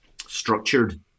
structured